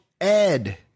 Ed